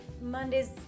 mondays